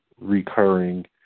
recurring